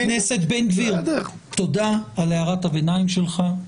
חבר הכנסת בן גביר, תודה על הערת הביניים שלך.